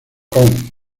kong